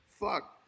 Fuck